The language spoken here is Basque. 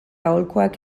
aholkuak